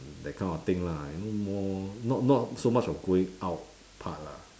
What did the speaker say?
that kind of thing lah you know more not not so much of going out part lah